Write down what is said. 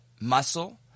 Muscle